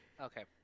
Okay